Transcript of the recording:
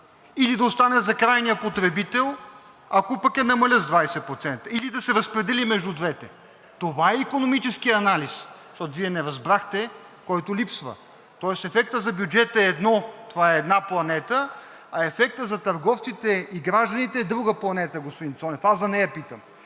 или да остане за крайния потребител, ако пък я намалят с 20%, или да се разпредели между двете. Това е икономическият анализ, защото Вие не разбрахте, който липсва. Тоест ефектът за бюджета е едно, това е една планета, а ефектът за търговците и гражданите е друга планета, господин Цонев, аз за нея питам.